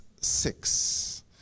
six